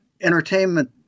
entertainment